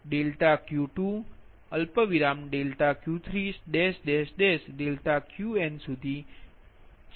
∆Qn ના મહત્તમ ની બરાબર છે